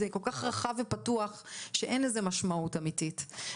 זה כל כך רחב ופתוח שאין לזה משמעות אמיתית.